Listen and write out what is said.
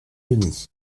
denis